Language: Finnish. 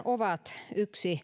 ovat yksi